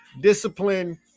Discipline